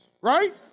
right